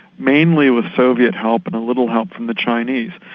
mainly with soviet help and a little help from the chinese.